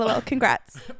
congrats